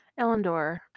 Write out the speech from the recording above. Ellendor